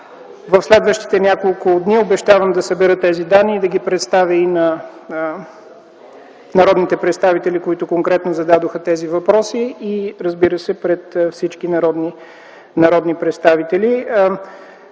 В следващите няколко дни обещавам да събера тези данни и да ги представя и на народните представители, които конкретно зададоха тези въпроси, и разбира се, пред всички народни представители.